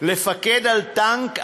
לפקד על טנק,